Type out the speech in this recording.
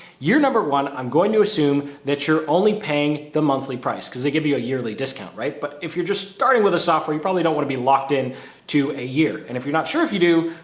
number one, i'm going to assume that you're only paying the monthly price, because they give you you a yearly discount, right? but if you're just starting with a software, you probably don't want to be locked in to a year. and if you're not sure if you do,